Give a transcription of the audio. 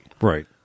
Right